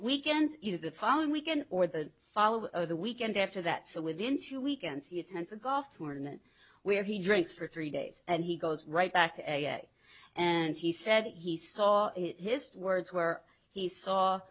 weekend is the following weekend or the follow the weekend after that so within two weekends he attends a golf tournament where he drinks for three days and he goes right back to and he said he saw his words where he saw